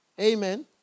Amen